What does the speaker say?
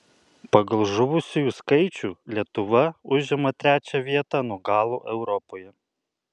pagal žuvusiųjų skaičių lietuva užima trečią vietą nuo galo europoje